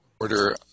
order